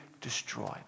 destroyed